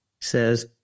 says